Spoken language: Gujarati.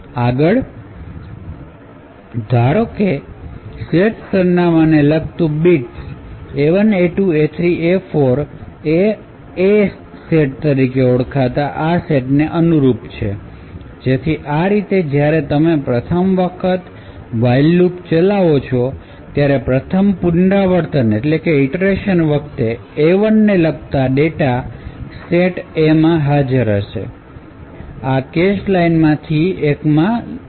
આગળ ધારો કે સેટ સરનામાંને લગતું બિટ્સ A1 A2 અને A3 અને A4 એ A સેટ તરીકે ઓળખાતા આ સેટને અનુરૂપ છે જેથી આ રીતે જ્યારે તમે પ્રથમ વખત જ્યારે while લૂપ ચલાવો ત્યારે પ્રથમ પુનરાવર્તન વખતે A1 ને લગતા ડેટા સેટ Aમાં હાજર આ કેશ લાઇનોમાંથી એકમાં લોડ થાય છે